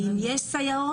ואם יש סייעות,